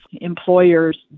employers